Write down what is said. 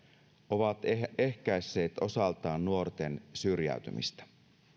ovat ehkäisseet osaltaan nuorten syrjäytymistä